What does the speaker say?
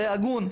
זה הגון.